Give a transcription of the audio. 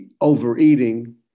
overeating